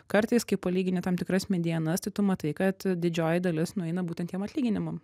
kartais kai palygini tam tikras medianas tai tu matai kad didžioji dalis nueina būten tiem atlyginimam